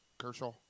Kershaw